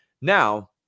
now